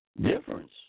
difference